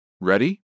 Ready